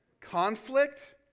Conflict